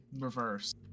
reverse